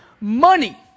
money